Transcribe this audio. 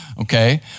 okay